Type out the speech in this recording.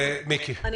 מיקי, בבקשה.